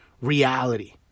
reality